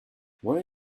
where